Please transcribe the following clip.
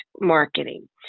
marketing